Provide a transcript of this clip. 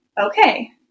okay